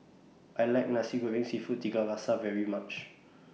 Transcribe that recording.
I like Nasi Goreng Seafood Tiga Rasa very much